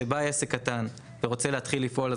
כשבא עסק קטן ורוצה להתחיל לפעול,